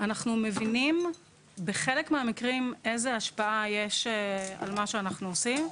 אנחנו מבינים בחלק מהמקרים איזו השפעה יש על מה שאנחנו עושים,